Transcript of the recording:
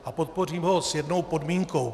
A podpořím ho s jednou podmínkou.